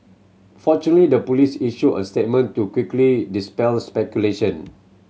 fortunately the police issued a statement to quickly dispel speculation